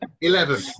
Eleven